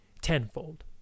tenfold